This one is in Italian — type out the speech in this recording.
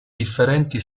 differenti